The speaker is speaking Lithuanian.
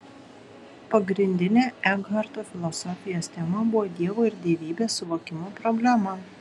pagrindinė ekharto filosofijos tema buvo dievo ir dievybės suvokimo problema